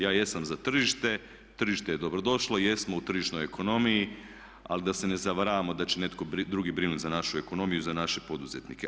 Ja jesam za tržište, tržište je dobro došlo, jesmo u tržišnoj ekonomiji ali da se ne zavaravamo da će netko drugi brinuti za našu ekonomiju i za naše poduzetnike.